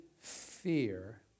fear